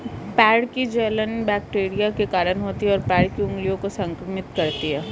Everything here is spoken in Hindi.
पैर की जलन बैक्टीरिया के कारण होती है, और पैर की उंगलियों को संक्रमित करती है